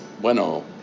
Bueno